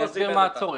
אני אסביר מה הצורך.